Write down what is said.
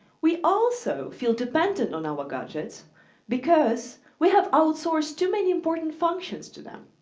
we also feel dependent on our gadgets because we have outsourced too many important functions to them.